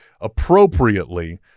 appropriately